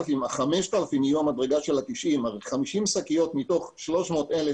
שה-5,000 יהיה המדרגה של הפחתה של 90%. הרי 50 שקיות מתוך 300,000